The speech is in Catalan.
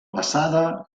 passada